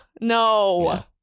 No